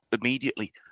immediately